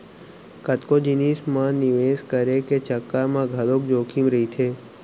कतको जिनिस म निवेस करे के चक्कर म घलोक जोखिम रहिथे